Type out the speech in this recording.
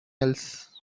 else